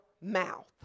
mouth